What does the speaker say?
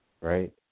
Right